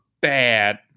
bad